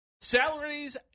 salaries